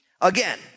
again